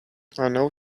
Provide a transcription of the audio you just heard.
know